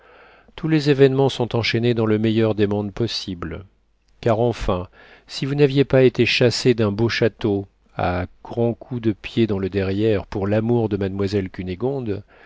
tous les événements sont enchaînés dans le meilleur des mondes possibles car enfin si vous n'aviez pas été chassé d'un beau château à grands coups de pied dans le derrière pour l'amour de mademoiselle cunégonde